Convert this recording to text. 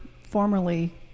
formerly